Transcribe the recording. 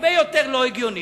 הרבה יותר לא הגיונית,